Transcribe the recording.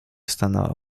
stanęła